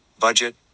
budget